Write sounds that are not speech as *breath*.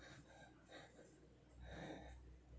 *breath*